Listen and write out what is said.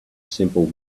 simple